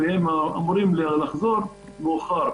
והם אמורים לחזור מאוחר.